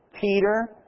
Peter